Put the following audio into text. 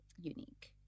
unique